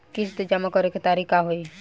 किस्त जमा करे के तारीख का होई?